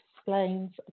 explains